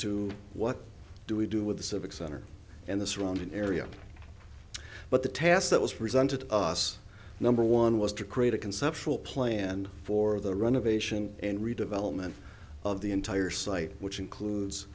to what do we do with the civic center and the surrounding area but the task that was presented to us number one was to create a conceptual plan for the run of ation in redevelopment of the entire site which includes